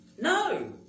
No